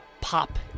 pop